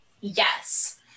yes